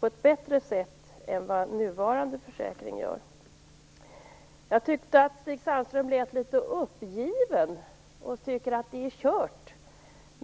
på ett bättre sätt, till dem som behöver den än vad nuvarande försäkring gör. Jag tyckte att Stig Sandström lät litet uppgiven. Han tycker att det är kört.